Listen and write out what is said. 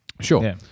Sure